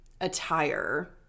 attire